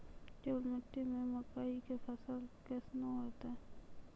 केवाल मिट्टी मे मकई के फ़सल कैसनौ होईतै?